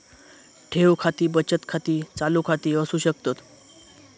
ठेव खाती बचत खाती, चालू खाती असू शकतत